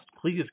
please